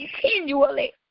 continually